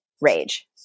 rage